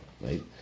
right